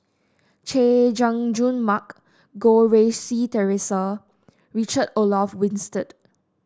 Chay Jung Jun Mark Goh Rui Si Theresa Richard Olaf Winstedt